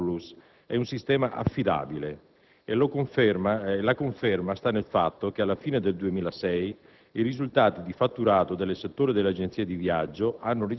Secondo la società, poi, il sistema Sipax plus è un sistema affidabile e la conferma sta nel fatto che alla fine del 2006